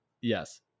Yes